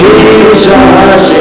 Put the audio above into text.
Jesus